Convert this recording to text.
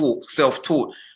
self-taught